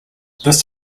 this